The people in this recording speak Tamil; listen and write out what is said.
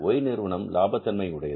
Y நிறுவனம் லாப தன்மை உடையது